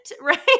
right